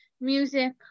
music